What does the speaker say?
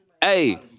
Hey